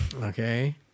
Okay